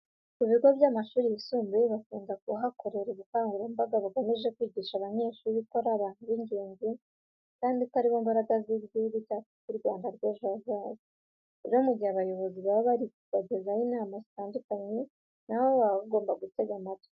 Ku bigo by'amashuri yisumbuye bakunda kuhakorera ubukangurambaga bugamije kwigisha abanyeshuri ko ari abantu b'ingenzi kandi ko ari bo mbaraga z'Igihugu cyacu cy'u Rwanda rw'ejo hazaza. Rero mu gihe abayobozi baba bari kubagezaho inama zitandukanye, na bo baba bagomba kuzitegera amatwi.